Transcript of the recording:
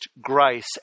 grace